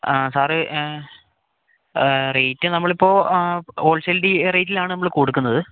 ആ sir rate നമ്മളിപ്പോൾ wholesale ഡീ റേറ്റിലാണ് നമ്മൾ കൊടുക്കുന്നത്